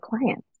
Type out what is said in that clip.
clients